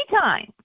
time